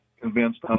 convinced